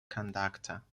conductor